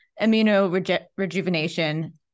immunorejuvenation